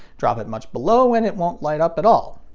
drop it much below and it won't light up at all.